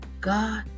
God